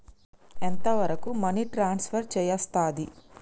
ఎంత వరకు money transfer చేయస్తది?